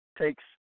takes